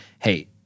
Hey